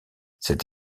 cette